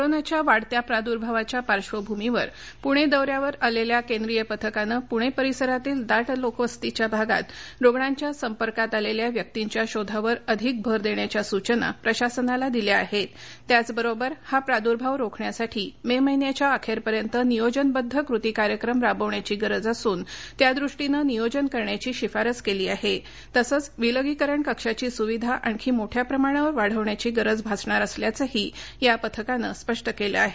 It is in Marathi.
कोरोनाच्या वाढत्या प्रादुर्भावाच्या पार्श्वभूमीवर पुणे दौन्यावर आलेल्या केंद्रीय पथकानं पुणे परिसरातील दाट लोकवस्तीच्या भागात रुग्णाच्या संपर्कात आलेल्या व्यक्तींच्या शोधावर अधिक भर देण्याच्या सूचना प्रशासनाला दिल्या आहेत त्याच बरोबर हा प्रादुर्भाव रोखण्यासाठी मे महिन्याच्या अखेरपर्यंत नियोजनबद्ध कृती कार्यक्रम राबवण्याची गरज असून त्यादृष्टीनं नियोजन करण्याची शिफारस केली आहे तसच विलगीकरण कक्षाची सुविधा आणखी मोठ्या प्रमाणावर वाढवण्याची गरज भासणार असल्याचंही या पथकानं स्पष्ट केलं आहे